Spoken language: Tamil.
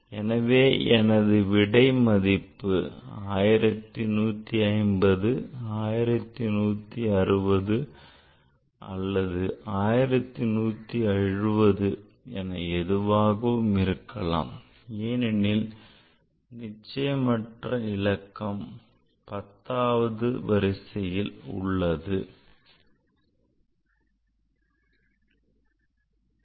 ஆகவே எனது விடை மதிப்பு 1150 1160 1170 என எதுவாகவும் இருக்கலாம் ஏனெனில் நிச்சயமற்ற இலக்கம் 10th order ஆகும்